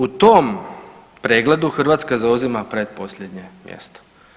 U tom pregledu Hrvatska zauzima pretposljednje mjesto.